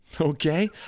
Okay